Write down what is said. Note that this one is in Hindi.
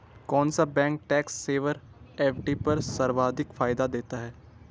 कौन सा बैंक टैक्स सेवर एफ.डी पर सर्वाधिक फायदा दे रहा है?